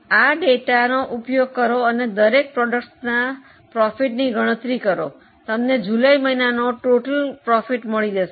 આ આંકડાકીય માહિતીનો ઉપયોગ કરો અને દરેક ઉત્પાદનોના નફાની ગણતરી કરો તમને જુલાઈ મહિનાનો કુલ નફો મળશે